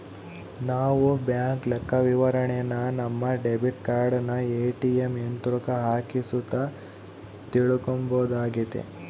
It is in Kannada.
ನಾವು ಬ್ಯಾಂಕ್ ಲೆಕ್ಕವಿವರಣೆನ ನಮ್ಮ ಡೆಬಿಟ್ ಕಾರ್ಡನ ಏ.ಟಿ.ಎಮ್ ಯಂತ್ರುಕ್ಕ ಹಾಕಿ ಸುತ ತಿಳ್ಕಂಬೋದಾಗೆತೆ